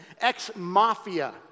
Ex-mafia